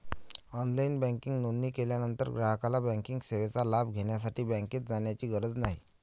online banking नोंदणी केल्यानंतर ग्राहकाला बँकिंग सेवेचा लाभ घेण्यासाठी बँकेत जाण्याची गरज नाही